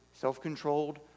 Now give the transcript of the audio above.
self-controlled